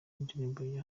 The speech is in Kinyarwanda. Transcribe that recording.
indirimbo